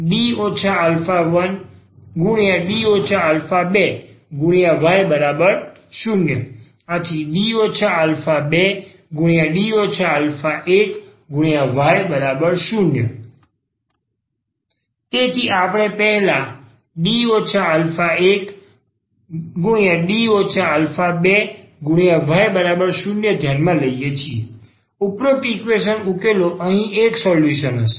⟹D α1D 2y0 ⟹D 2D α1y0 તેથી આપણે પહેલા D α1D 2y0 ધ્યાનમાં લઈએ છીએ ઉપરોક્ત ઈક્વેશન ઉકેલો અહીં એક સોલ્યુશન હશે